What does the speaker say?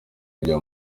kujya